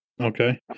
Okay